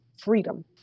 freedom